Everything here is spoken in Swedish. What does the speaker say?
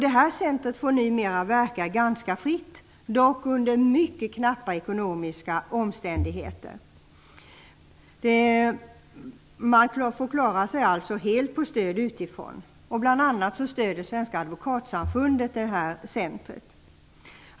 Det här centret får numera verka ganska fritt, dock under mycket knappa ekonomiska omständigheter. Man får alltså helt klara sig på stöd utifrån. Bl.a. stöder Svenska Advokatsamfundet det här centret.